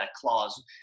clause